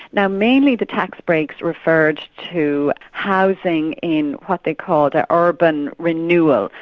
now mainly the tax breaks referred to housing in what they called urban renewal,